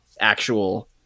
actual